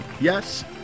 Yes